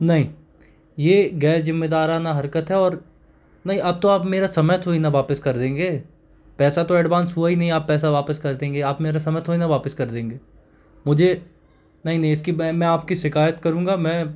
नहीं ये ग़ैरज़िम्मेदाराना हरकत है और नहीं अब तो आप मेरा समय थोड़ी ना वापस कर देंगे पैसा तो एडवांस हुआ ही नहीं आप पैसा वापस कर देंगे आप मेरा समय थोड़ी ना वापस कर देंगे मुझे नहीं नहीं इसकी भाई मैं आपकी शिकायत करूँगा मैं